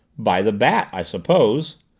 by the bat, i suppose!